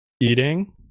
Eating